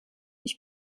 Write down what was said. ich